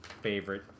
favorite